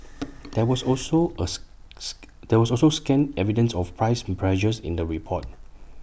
there was also us there was also scant evidence of price pressures in the report